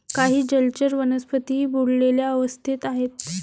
काही जलचर वनस्पतीही बुडलेल्या अवस्थेत आहेत